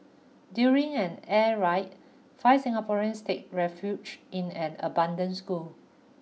during an air ride five Singaporeans take refuge in an abundant school